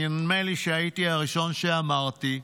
נדמה לי שהייתי הראשון שאמרתי: